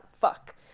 fuck